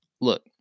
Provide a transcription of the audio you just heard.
Look